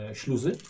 śluzy